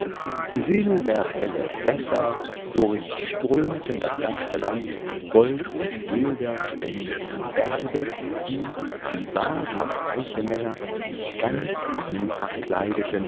silberhelle wässer durchströmten das ganze land gold und silber spendeten berge die wie wahrhaft reiche männer sich ganz einfach kleideten